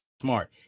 smart